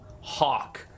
hawk